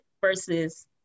versus